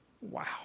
Wow